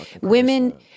Women